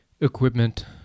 equipment